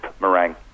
meringue